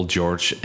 George